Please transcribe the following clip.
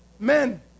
Men